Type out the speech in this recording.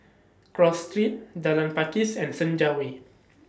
Cross Street Jalan Pakis and Senja Way